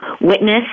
witness